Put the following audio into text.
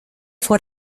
fue